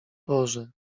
boże